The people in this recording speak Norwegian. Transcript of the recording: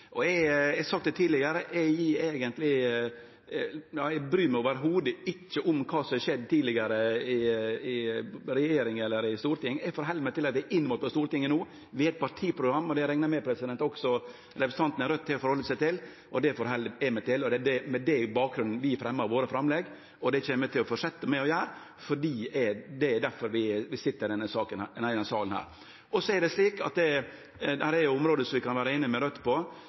Eg har sagt det tidlegare: Eg bryr meg ikkje i det heile om kva som har skjedd tidlegare i regjering eller storting. Eg forheld meg til at eg er vald inn på Stortinget no. Vi har eit partiprogram, og det reknar eg med at også representanten frå Raudt har å forhalde seg til. Det forheld eg meg til, og det er med bakgrunn i det vi gjer våre framlegg. Det kjem eg til å fortsetje med å gjere fordi det er difor vi sit i denne salen. Det er område der vi kan vere einige med Raudt, men det er i alle fall heilt avgjerande at vi